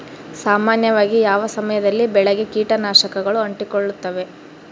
ಸಾಮಾನ್ಯವಾಗಿ ಯಾವ ಸಮಯದಲ್ಲಿ ಬೆಳೆಗೆ ಕೇಟನಾಶಕಗಳು ಅಂಟಿಕೊಳ್ಳುತ್ತವೆ?